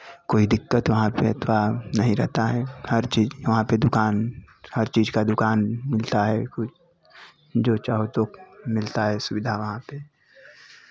कोई दिक्कत वहाँ पे अथवा नहीं रहता है हर चीज़ वहाँ पे दुकान हर चीज़ का दुकान मिलता है कोई जो चाहो सो मिलता है सुविधा वहाँ पे